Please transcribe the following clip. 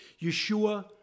Yeshua